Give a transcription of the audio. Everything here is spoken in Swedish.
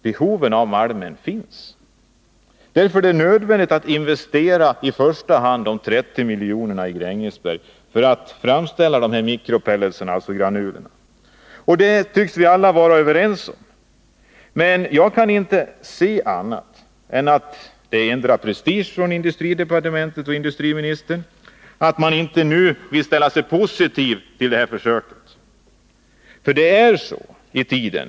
Behoven av malmer finns. Därför är det nödvändigt att investera i första hand de 30 miljonerna i Grängesberg för framställning av mikropellets, dvs. granuler. Det tycks vi alla vara överens om. Men jag kan inte se annat än att det är prestigeskäl för endera industridepartementet eller industriministern som gör att man inte nu vill ställa sig positiv till detta försök.